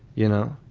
you know,